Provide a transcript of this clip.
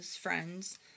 friends